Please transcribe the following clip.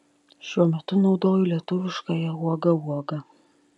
šiuo metu naudoju lietuviškąją uoga uoga